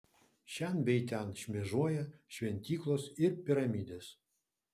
šen bei ten šmėžuoja šventyklos ir piramidės